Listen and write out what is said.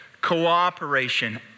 Cooperation